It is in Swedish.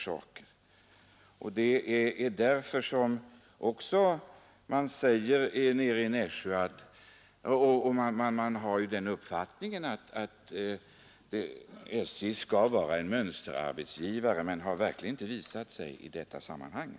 Det är därför man nere i Nässjö har den uppfattningen att SJ, som skall vara en mönsterarbetsgivare, verkligen inte har visat detta i det aktuella sammanhanget.